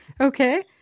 Okay